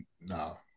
no